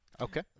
Okay